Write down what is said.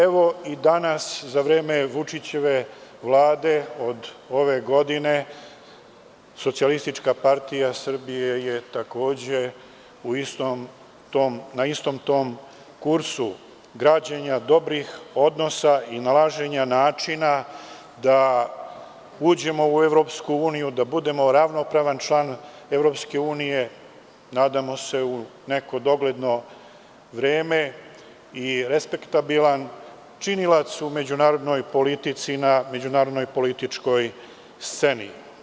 Evo i danas, za vreme Vučićeve Vlade, od ove godine, SPS je takođe na istom tom kursu građenja dobrih odnosa i nalaženja načina da uđemo u EU, da budemo ravnopravan član EU, nadamo se u neko dogledno vreme, i respektibilan činilac u međunarodnoj politici na međunarodnoj političkoj sceni.